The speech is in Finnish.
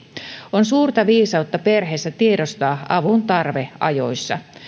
on suurta viisautta perheessä tiedostaa avun tarve ajoissa